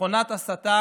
מכונת הסתה